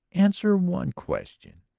answer one question,